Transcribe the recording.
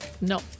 No